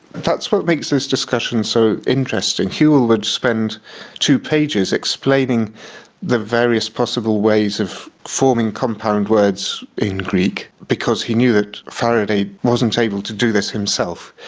that's what makes this discussion so interesting. whewell would would spend two pages explaining the various possible ways of forming compound words in greek because he knew that faraday wasn't able to do this himself.